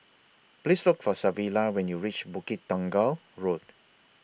Please Look For Savilla when YOU REACH Bukit Tunggal Road